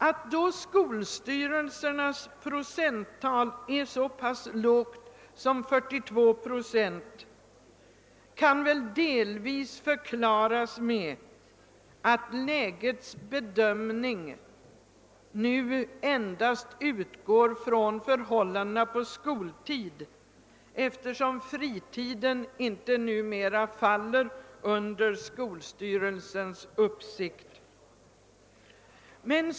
Att skolstyrelsernas procenttal är så pass lågt som 42 kan delvis förklaras med att bedömningen av läget nu endast grundas på förhållandena under skoltid, eftersom fritiden numera inte faller under skolstyrelses uppsikt.